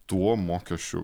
tuo mokesčių